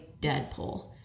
Deadpool